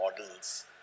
models